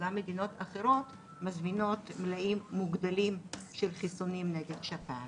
גם מדינות אחרות מזמינות מלאים מוגדלים של חיסונים נגד שפעת.